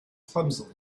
clumsily